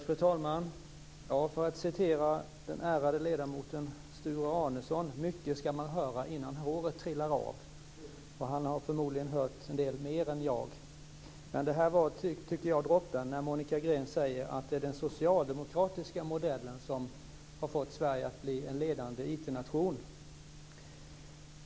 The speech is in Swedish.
Fru talman! Jag vill citera den ärade ledamoten Sture Arnesson: "Mycket ska man höra innan håret trillar av." Och Sture Arnesson har förmodligen hört en del mer än jag. Men det var droppen när Monica Green sade att det är den socialdemokratiska modellen som har fått Sverige att bli en ledande IT-nation.